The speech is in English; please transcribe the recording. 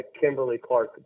Kimberly-Clark